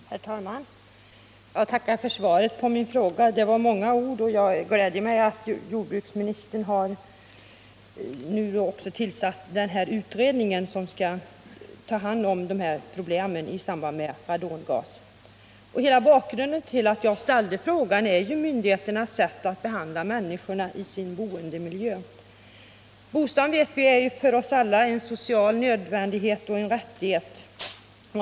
Herr talman! Jag tackar för svaret på min fråga. Det var många ord, men jag gläder mig över att jordbruksministern nu tillsatt en utredning som skall behandla problemen i samband med radongas. Bakgrunden till att jag ställde frågan är myndigheternas sätt att behandla människorna i deras boendemiljö. Bostaden är för oss alla en social nödvändighet och rättighet.